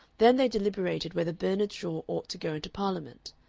then they deliberated whether bernard shaw ought to go into parliament.